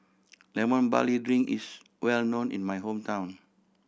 Lemon Barley Drink is well known in my hometown